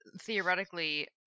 theoretically